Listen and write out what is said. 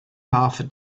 half